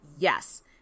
Yes